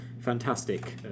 fantastic